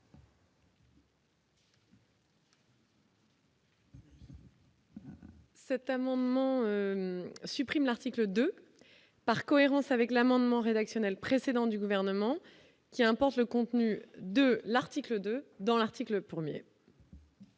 Cet amendement supprime l'article 2 par cohérence avec l'amendement rédactionnel précédent du gouvernement qui importe le contenu de l'article 2 dans l'article pour